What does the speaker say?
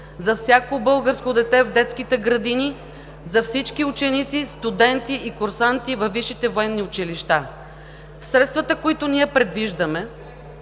за всяко българско дете в детските градини, за всички ученици, студенти и курсанти във висшите военни училища. Средствата, които ние предвиждаме,